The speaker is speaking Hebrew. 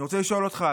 אני רוצה לשאול אותך,